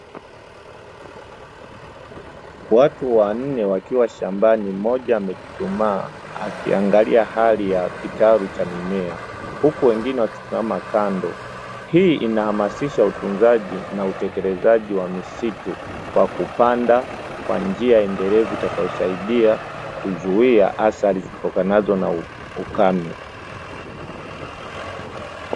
Watu wanne wakiwa shambani mmoja amechuchumaa akiangalia hali ya kitalu cha mimea huku wengine wakisimama kando. Hii inahamasisha utunzaji na utekelezaji wa misitu kwa kupanda kwa njia endelevu itakayosaidia kuzuia athari zitokanazo na ukame.